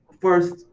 first